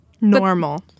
Normal